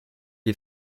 est